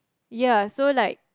ya so like